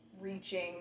reaching